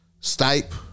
Stipe